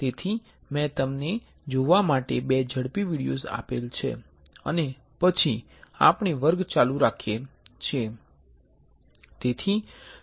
તેથી મેં તમને જોવા માટે બે ઝડપી વિડિઓઝ આપેલ છે અને પછી આપણે વર્ગ ચાલુ રાખીએ છીએ